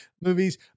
movies